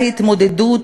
ההתמודדות